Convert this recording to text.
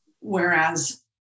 Whereas